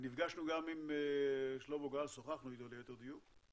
ונפגשנו גם עם שלמה גל, שוחחנו איתו ליתר דיוק,